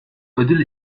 ödül